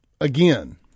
again